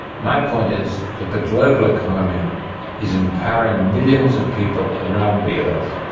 my point is that the global economy is empowering millions of people around the earth,